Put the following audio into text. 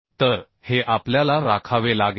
तर हे आपल्याला राखावे लागेल